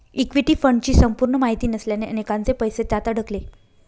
equity फंडची संपूर्ण माहिती नसल्याने अनेकांचे पैसे त्यात अडकले